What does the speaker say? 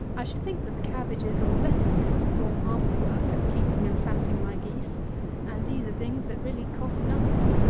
i should think that the cabbages or lettuces perform half the work of keeping and fatting my geese and these are things that really cost nothing.